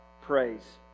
praise